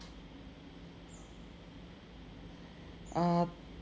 uh